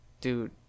dude